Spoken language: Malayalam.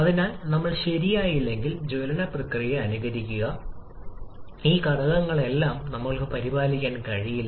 അതിനാൽ നമ്മൾ ശരിയായില്ലെങ്കിൽ ജ്വലന പ്രക്രിയ അനുകരിക്കുക ഈ ഘടകങ്ങളെല്ലാം നമ്മൾക്ക് പരിപാലിക്കാൻ കഴിയില്ല